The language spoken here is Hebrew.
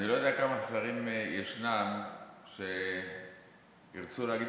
אני לא יודע כמה שרים יש שירצו להגיד